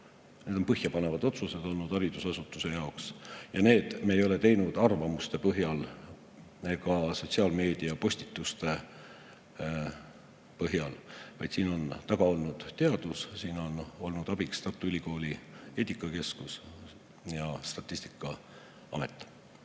jaoks põhjapanevad otsused ja neid me ei ole teinud arvamuste põhjal ega sotsiaalmeedia postituste põhjal, vaid siin on taga olnud teadus. Siin on olnud abiks Tartu Ülikooli eetikakeskus ja Statistikaamet.